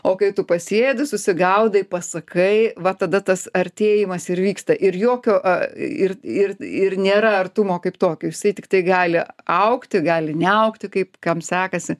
o kai tu pasėdi susigaudai pasakai va tada tas artėjimas ir vyksta ir jokio a ir ir ir nėra artumo kaip tokio jisai tiktai gali augti gali neaugti kaip kam sekasi